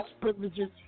privileges